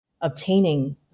obtaining